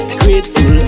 grateful